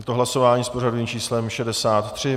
Je to hlasování s pořadovým číslem 63.